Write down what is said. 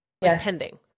pending